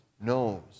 knows